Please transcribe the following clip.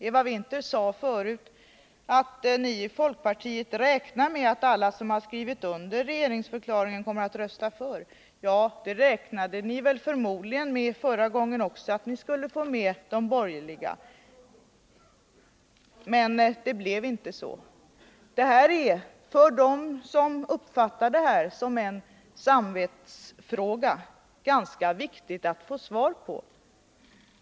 Eva Winther sade förut att ni i folkpartiet räknar med att alla som skrivit under regeringsförklaringen kommer att rösta för förslaget. Ja, ni räknade väl förmodligen med det förra gången också, att ni skulle få med de borgerliga. Men det blev inte så. Detta är, för dem som uppfattar detta som en samvetsfråga, ganska viktigt att få svar på.